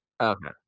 Okay